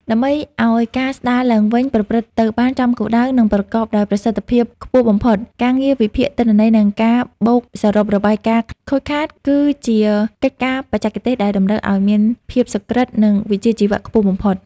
ដើម្បីឱ្យការស្តារឡើងវិញប្រព្រឹត្តទៅបានចំគោលដៅ និងប្រកបដោយប្រសិទ្ធភាពខ្ពស់បំផុត ការងារវិភាគទិន្នន័យ និងការបូកសរុបរបាយការណ៍ខូចខាតគឺជាកិច្ចការបច្ចេកទេសដែលតម្រូវឱ្យមានភាពសុក្រឹត និងវិជ្ជាជីវៈខ្ពស់បំផុត។